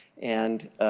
and,